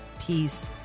peace